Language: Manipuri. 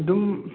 ꯑꯗꯨꯝ